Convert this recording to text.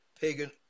pagan